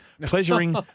pleasuring